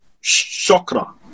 chakra